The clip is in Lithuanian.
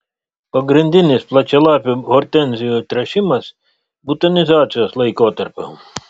pagrindinis plačialapių hortenzijų tręšimas butonizacijos laikotarpiu